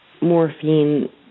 morphine